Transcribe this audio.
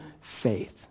faith